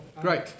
Great